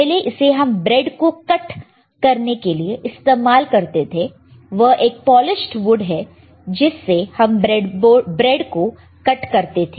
पहले इसे हम ब्रेड को कट करने के लिए इस्तेमाल करते थे वह एक पॉलिशड वुड है जिससे हम ब्रेड को कट करते थे